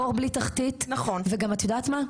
בור בלי תחתית, וגם את יודעת מה?